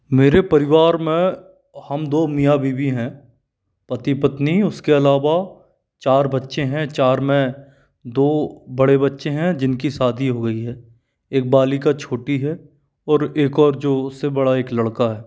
मेरे परिवार में हम दो मियाँ बीवी हैं पति पत्नी उसके अलावा चार बच्चे हैं चार में दो बड़े बच्चे हैं जिनकी शादी हो गई है एक बालिका छोटी है और एक और जो उससे बड़ा एक लड़का है